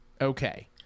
Okay